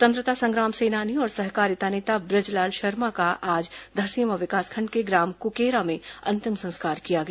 स्वतंत्रता संग्राम सेनानी और सहकारी नेता बृजलाल शर्मा का आज धरसींवा विकासखंड के ग्राम कुकेरा में अंतिम संस्कार किया गया